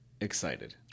excited